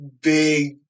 big